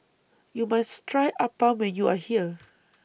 YOU must Try Appam when YOU Are here